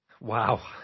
Wow